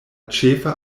ĉefa